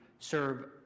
serve